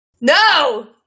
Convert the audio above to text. No